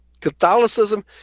Catholicism